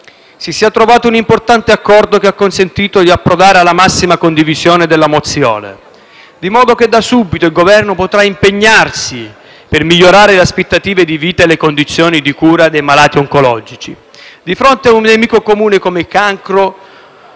si sia trovato un importante accordo che ha consentito di approdare alla massima condivisione possibile dell'ordine del giorno, di modo che il Governo potrà impegnarsi da subito per migliorare le aspettative di vita e le condizioni di cura dei malati oncologici. Di fronte a un nemico comune come il cancro